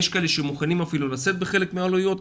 יש כאלה שמוכנים אפילו לשאת בחלק מהעלויות,